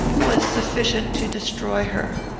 was sufficient to destroy her.